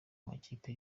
amakipe